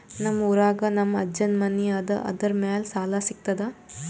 ನಮ್ ಊರಾಗ ನಮ್ ಅಜ್ಜನ್ ಮನಿ ಅದ, ಅದರ ಮ್ಯಾಲ ಸಾಲಾ ಸಿಗ್ತದ?